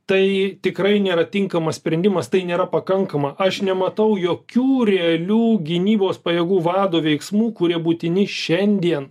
tai tikrai nėra tinkamas sprendimas tai nėra pakankama aš nematau jokių realių gynybos pajėgų vado veiksmų kurie būtini šiandien